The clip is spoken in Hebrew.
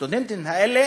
הסטודנטים האלה